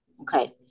okay